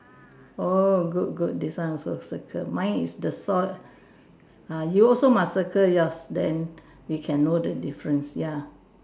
oh good good this one also circle mine is the soil uh you also must circle yours then we can know the difference ya